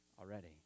already